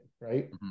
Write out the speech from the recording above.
right